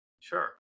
Sure